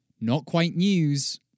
not-quite-news